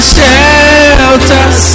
shelter